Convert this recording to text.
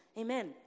Amen